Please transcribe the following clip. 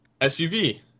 SUV